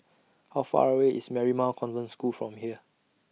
How Far away IS Marymount Convent School from here